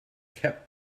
kept